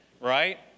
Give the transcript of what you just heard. right